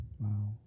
Wow